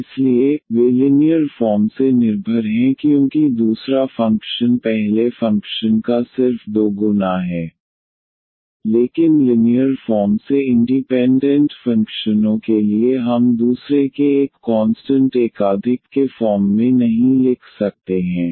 इसलिए वे linear form से निर्भर हैं क्योंकि दूसरा फ़ंक्शन पहले फ़ंक्शन का सिर्फ 2 गुना है लेकिन लिनीयर फॉर्म से इंडीपेंडेंट फंक्शनों के लिए हम दूसरे के एक कॉन्सटंट एकाधिक के फॉर्म में नहीं लिख सकते हैं